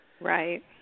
Right